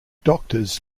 doctors